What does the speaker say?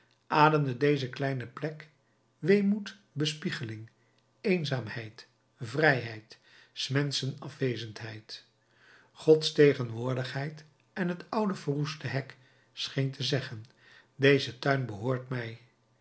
deze kleine plek weemoed bespiegeling eenzaamheid vrijheid s menschen afwezendheid gods tegenwoordigheid en het oude verroeste hek scheen te zeggen deze tuin behoort mij